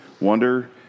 wonder